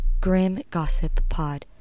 grimgossippod